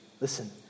Listen